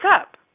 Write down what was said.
up